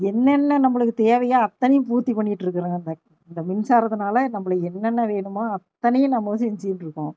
என்னென்ன நம்மளுக்கு தேவையே அத்தனையும் பூர்த்தி பண்ணிக்கிட்டு இருக்கிறங்க இந்த மின்சாரத்தினால நம்மளை என்னென்ன வேணுமோ அத்தனையும் நம்ம செஞ்சிட்டு இருக்கோம்